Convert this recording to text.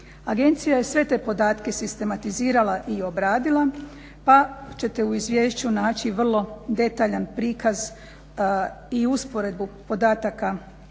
Agencija je sve te podatke sistematizirala i obradila pa ćete u izvješću naći vrlo detaljan prikaz i usporedbu podataka